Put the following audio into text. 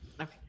Okay